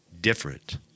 different